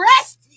rest